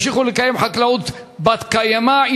ימשיכו לקיים חקלאות בת-קיימא,